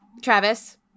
Travis